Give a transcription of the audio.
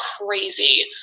crazy